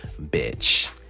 bitch